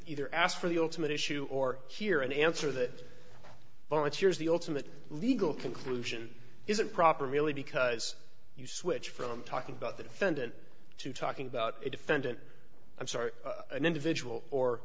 either asked for the ultimate issue or here and answer the balance here is the ultimate legal conclusion is improper really because you switch from talking about the defendant to talking about a defendant i'm sorry an individual or